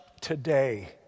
today